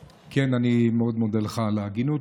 כן, אני מאוד מודה לך על ההגינות.